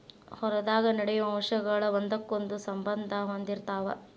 ಹೊಲದಾಗ ನಡೆಯು ಅಂಶಗಳ ಒಂದಕ್ಕೊಂದ ಸಂಬಂದಾ ಹೊಂದಿರತಾವ